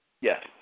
Yes